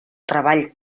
treball